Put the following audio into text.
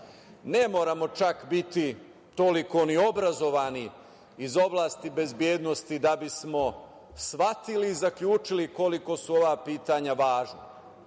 Ne moramo čak biti toliko ni obrazovani iz oblasti bezbednosti da bismo shvatili i zaključili koliko su ova pitanja važna.